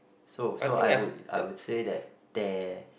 so so I would I would say that there